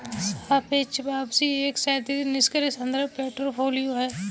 सापेक्ष वापसी एक सैद्धांतिक निष्क्रिय संदर्भ पोर्टफोलियो है